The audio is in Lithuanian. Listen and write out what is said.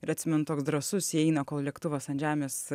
ir atsimenu toks drąsus įeina kol lėktuvas ant žemės